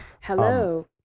hello